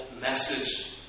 message